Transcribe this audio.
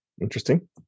Interesting